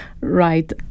right